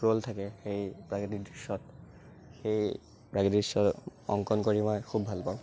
roll থাকে সেই প্ৰাকৃতিক দৃশ্যত সেই প্ৰাকৃতিক দৃশ্য অংকন কৰি মই খুব ভালপাওঁ